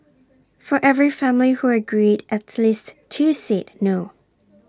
for every family who agreed at least two said no